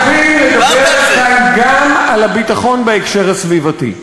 אנחנו חייבים לדבר על הביטחון גם בהקשר הסביבתי.